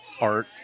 art